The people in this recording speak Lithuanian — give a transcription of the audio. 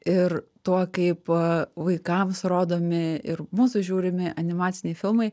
ir tuo kaip vaikams rodomi ir mūsų žiūrimi animaciniai filmai